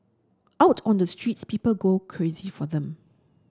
out on the streets people go crazy for them